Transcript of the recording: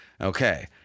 Okay